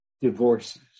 divorces